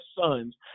sons